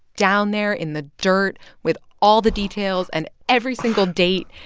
down there in the dirt with all the details and every single date.